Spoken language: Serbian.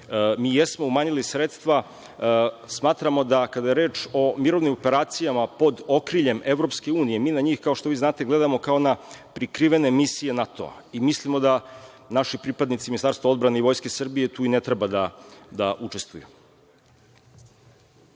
mi jesmo umanjili sredstva. Smatramo da kada je reč o mirovnim operacijama pod okriljem EU, mi na njih, kao što znate, gledamo kao na prikrivanje misije NATO. Mislimo da naši pripadnici Ministarstva odbrane i Vojske Srbije tu i ne treba da učestvuju.